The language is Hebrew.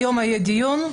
היום יהיה דיון,